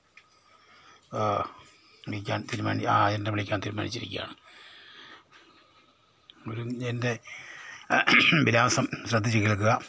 വിളിക്കാൻ തീരുമാനി ആ എന്നെ വിളിക്കാൻ തീരുമാനിച്ചിരിക്കുകയാണ് ഒരു എൻ്റെ വിലാസം ശ്രദ്ധിച്ച് കേൾക്കുക